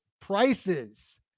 prices